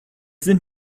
sind